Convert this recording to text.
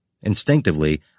Instinctively